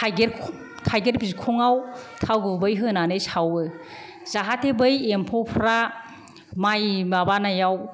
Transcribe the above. थाइगेर थाऱगेर बिखंआव थाव गुबै होनानै सावो जाहाथे बै एम्फौफ्रा माइ माबानायाव